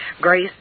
Grace